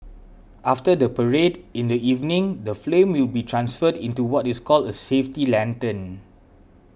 after the parade in the evening the flame will be transferred into what is called a safety lantern